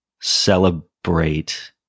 celebrate